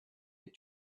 had